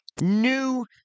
New